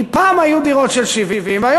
כי פעם היו דירות של 70 מ"ר,